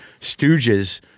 stooges